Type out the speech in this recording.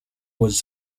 was